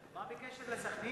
מה בקשר לסח'נין?